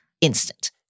instant